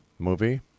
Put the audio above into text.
Movie